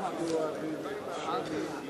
תודה, גברתי היושבת-ראש.